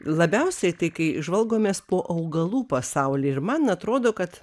labiausiai tai kai žvalgomės po augalų pasaulį ir man atrodo kad